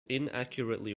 inaccurately